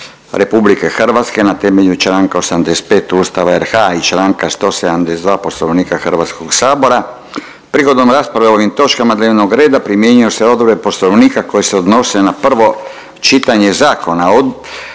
je Vlada RH na temelju Članka 85. Ustava RH i Članka 172. Poslovnika Hrvatskog sabora. Prigodom rasprave o ovim točkama dnevnog reda primjenjuju se odredbe Poslovnika koje se odnose na prvo čitanje zakona.